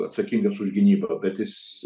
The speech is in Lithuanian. atsakingas už gynybą bet jis